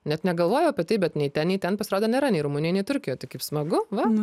net negalvojau apie tai bet nei ten nei ten pasirodo nėra nei rumunijoj nei turkijoj tai kaip smagu va